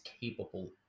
capable